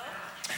אוקיי.